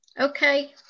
okay